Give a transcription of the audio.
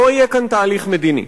לא יהיה כאן תהליך מדיני,